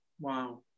Wow